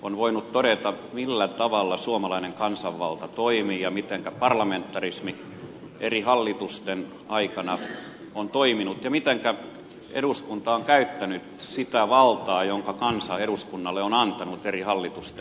on voinut todeta millä tavalla suomalainen kansanvalta toimii ja mitenkä parlamentarismi eri hallitusten aikana on toiminut ja mitenkä eduskunta on käyttänyt sitä valtaa jonka kansa eduskunnalle on antanut eri hallitusten aikana